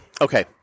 Okay